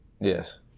Yes